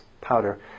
powder